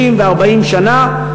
30 ו-40 שנה,